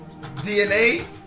DNA